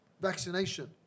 vaccination